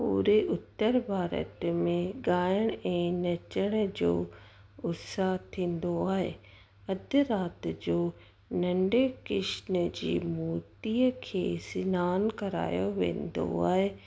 पूरे उत्तर भारत में ॻाइण ऐं नचण जो उत्साह थींदो आहे मध्यराति जो नन्ढे कृष्ण जूं मूर्तीअ खे सनानु करायो वेंदो आहे